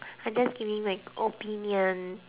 opinion okay